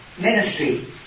ministry